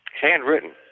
Handwritten